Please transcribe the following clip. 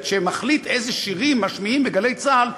שמחליט איזה שירים משמיעים ב"גלי צה"ל",